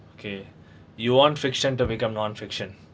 okay you want fiction to become non-fiction